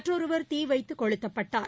மற்றொருவர் தீவைத்துகொளுத்தப்பட்டார்